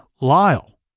Lyle